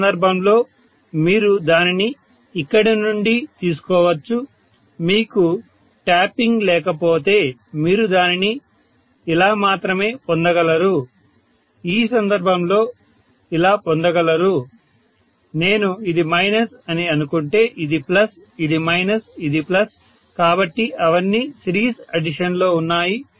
ఈ సందర్భంలో మీరు దానిని ఇక్కడి నుండే తీసుకోవచ్చు మీకు ట్యాపింగ్ లేకపోతే మీరు దానిని ఇలా మాత్రమే పొందగలరు ఈ సందర్భంలో ఇలా పొందగలరు నేను ఇది మైనస్ అని అనుకుంటే ఇది ప్లస్ ఇది మైనస్ ఇది ప్లస్ కాబట్టి అవన్నీ సిరీస్ అడిషన్ లో ఉన్నాయి